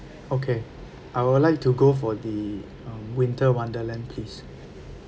okay I would like to go for the um winter wonderland please